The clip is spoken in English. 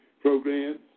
programs